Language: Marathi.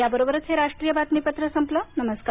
या बरोबरच हे राष्ट्रीय बातमीपत्र संपलं नमस्कार